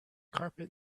carpet